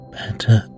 better